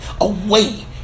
Away